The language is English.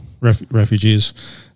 Refugees